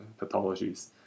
pathologies